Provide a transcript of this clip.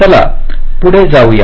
चला पुढे जाऊया